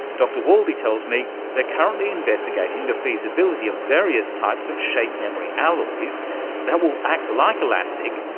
dr waldie tells me they're currently investigating the feasibility of various types of shape-memory alloys that will act like elastic,